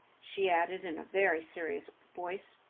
she added in a very serious voice,